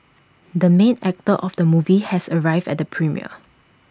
the main actor of the movie has arrived at the premiere